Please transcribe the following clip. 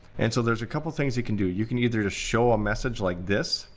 and so there's a couple things you can do. you can either just show a message like this,